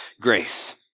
grace